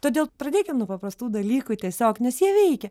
todėl pradėkim nuo paprastų dalykų tiesiog nes jie veikia